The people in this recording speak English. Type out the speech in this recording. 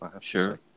Sure